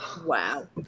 wow